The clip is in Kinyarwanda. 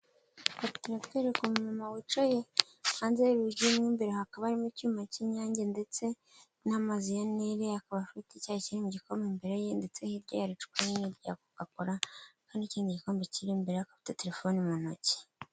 Aha bari kutwereka umumama wicaye hanze y'urugi mo imbere hakaba harimo icyuma k'inyange ndetse n'amazi ya nire akaba afite icyayi kiri mu gikombe imbere ye. Ndetse hirya ye hari icupa rinini rya kokakora, hari n'ikindi gikombe kiri imbere ye akaba afite terefone mu ntoki.